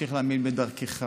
תמשיך להאמין בדרכך.